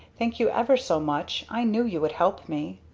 thank you ever so much. i knew you would help me.